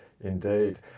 Indeed